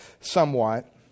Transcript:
somewhat